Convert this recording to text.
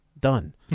Done